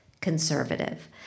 conservative